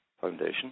Foundation